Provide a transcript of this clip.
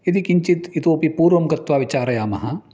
यदि किञ्चित् इतोपि पूर्वं गत्वा विचारयामः